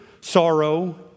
sorrow